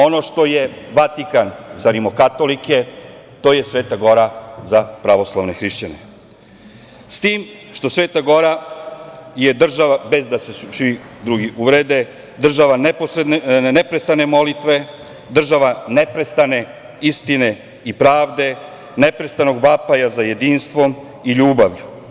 Ono što je Vatikan za rimokatolike, to je Sveta Gora za pravoslavne hrišćane, s tim što Sveta Gora je država, bez da se svi drugi uvrede, država neprestane molitve, država neprestane istine i pravde, neprestanog vapaja za jedinstvom i ljubavlju.